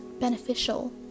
beneficial